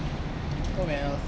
oh well